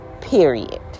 period